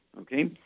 Okay